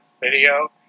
video